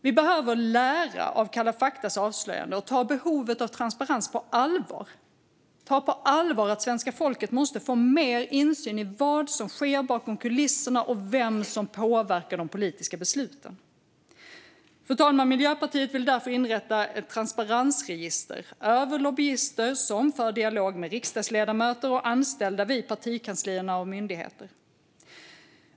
Vi behöver lära av Kalla f akta s avslöjande och ta behovet av transparens på allvar. Vi behöver ta på allvar att svenska folket måste få mer insyn i vad som sker bakom kulisserna och vem som påverkar de politiska besluten. Fru talman! Miljöpartiet vill därför inrätta ett transparensregister över lobbyister som för dialog med riksdagsledamöter och anställda vid partikanslier och myndigheter.